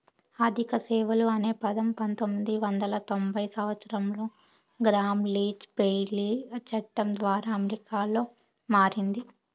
ఆర్థిక సేవలు అనే పదం పంతొమ్మిది వందల తొంభై సంవచ్చరంలో గ్రామ్ లీచ్ బ్లెయిలీ చట్టం ద్వారా అమెరికాలో మారింది